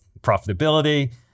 profitability